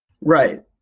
right